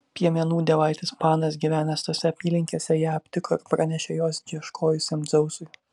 piemenų dievaitis panas gyvenęs tose apylinkėse ją aptiko ir pranešė jos ieškojusiam dzeusui